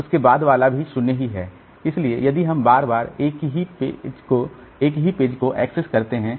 तो फिर अगला 0 है इसलिए वे भी मेमोरी फ्रेम में मौजूद होने चाहिए और परिणाम उपलब्ध फ्रेम की संख्या पर भी निर्भर करता है